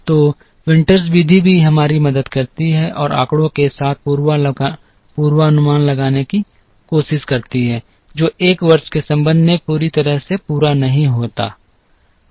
तो विंटर्स विधि भी हमारी मदद करती है और आंकड़ों के साथ पूर्वानुमान लगाने की कोशिश करती है जो एक वर्ष के संबंध में पूरी तरह से पूरा नहीं होता है